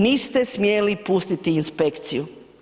Niste smjeli pustiti inspekciju.